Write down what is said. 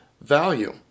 value